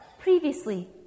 previously